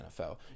NFL